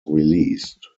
released